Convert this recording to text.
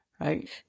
Right